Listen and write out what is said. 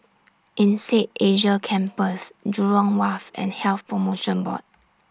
Insead Asia Campus Jurong Wharf and Health promotion Board